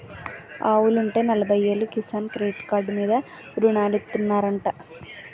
ఆవులుంటే నలబయ్యేలు Kisan credit card మీద రుణాలిత్తనారంటా